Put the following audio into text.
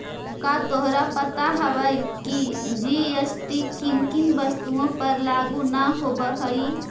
का तोहरा पता हवअ की जी.एस.टी किन किन वस्तुओं पर लागू न होवअ हई